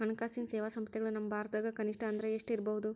ಹಣ್ಕಾಸಿನ್ ಸೇವಾ ಸಂಸ್ಥೆಗಳು ನಮ್ಮ ಭಾರತದಾಗ ಕನಿಷ್ಠ ಅಂದ್ರ ಎಷ್ಟ್ ಇರ್ಬಹುದು?